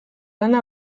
lana